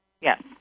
Yes